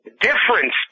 difference